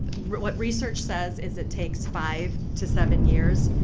what what research says is it takes five to seven years,